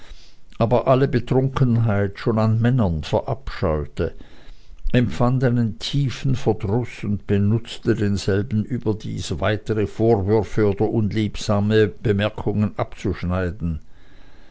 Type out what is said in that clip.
aber alle betrunkenheit schon an männern verabscheute empfand einen tiefen verdruß und benutzte denselben überdies weitere vorwürfe oder unliebe bemerkungen abzuschneiden